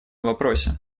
вопросе